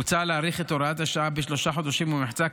מוצע להאריך את הוראת השעה בשלושה חודשים ומחצה,